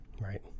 right